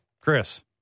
Chris